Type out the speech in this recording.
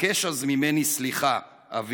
בקש אז ממני סליחה, אבי."